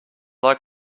like